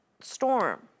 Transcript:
storm